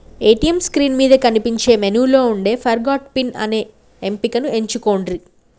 ATM screen మీద కనిపించే మెనూలో వుండే ఫర్గాట్ పిన్ అనే ఎంపికను ఎంచుకొండ్రి